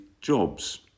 Jobs